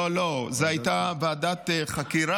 לא, לא, זו הייתה ועדת חקירה.